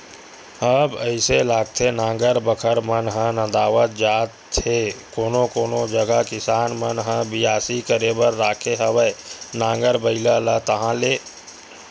अब अइसे लागथे नांगर बखर मन ह नंदात जात हे कोनो कोनो जगा किसान मन ह बियासी करे बर राखे हवय नांगर बइला ला ताहले